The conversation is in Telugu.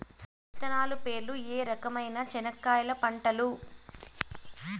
విత్తనాలు పేర్లు ఏ రకమైన చెనక్కాయలు పంటలు?